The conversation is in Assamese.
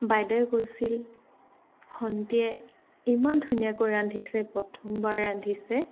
বাইদেউ কৈছিল ভণ্টিয়ে ইমান ধুনীয়াকৈ ৰান্ধিছে প্ৰথমবাৰ ৰান্ধিছে